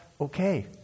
Okay